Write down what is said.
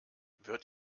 wird